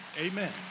amen